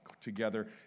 together